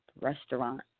restaurant